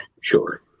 Sure